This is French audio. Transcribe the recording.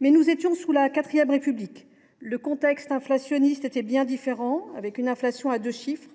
Nous étions sous la IV République : le contexte était bien différent, du fait d’une inflation à deux chiffres.